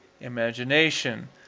imagination